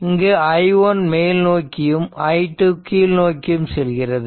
இங்கு i1 மேல்நோக்கியும் i2 கீழ் நோக்கியும் செல்கிறது